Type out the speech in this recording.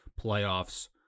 playoffs